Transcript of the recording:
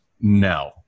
No